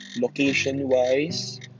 Location-wise